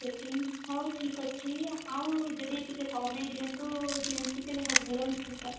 setting ହଉ ଠିକ୍ ଅଛି ଆଉ ଯଦି ଟିକେ କମେଇ ଦିଅନ୍ତୁ ଦିଅନ୍ତି ତାହେଲେ ଭଲ ହୁଅନ୍ତା